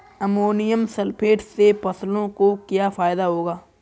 Ammonium sulphate से फसलों को क्या फायदा होगा?